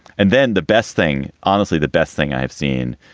and then the best thing, honestly, the best thing i've seen,